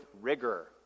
rigor